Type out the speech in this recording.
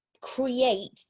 create